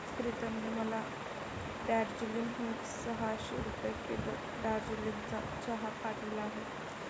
प्रीतमने मला दार्जिलिंग हून सहाशे रुपये किलो दार्जिलिंगचा चहा पाठवला आहे